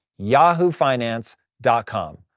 yahoofinance.com